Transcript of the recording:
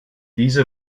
diese